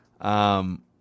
Um